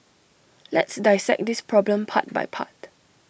let's dissect this problem part by part